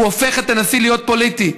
הוא הופך את הנשיא להיות פוליטי,